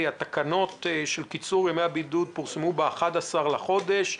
התקנות על קיצור ימי הבידוד פורסמו ב-11 לחודש,